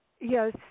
yes